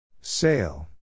Sail